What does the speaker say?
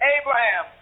Abraham